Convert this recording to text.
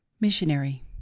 missionary